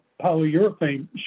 polyurethane